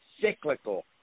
cyclical